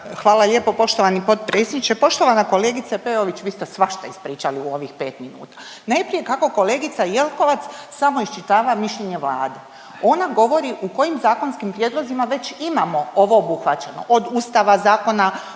Hvala lijepo poštovani potpredsjedniče. Poštovana kolegice Peović vi ste svašta ispričali u ovih 5 minuta. Najprije kako kolegica Jelkovac samo iščitava mišljenje Vlade. Ona govori u kojim zakonskim prijedlozima već imamo ovo obuhvaćeno od Ustava, Zakona